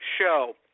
Show